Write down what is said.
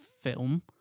film